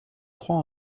trois